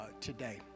today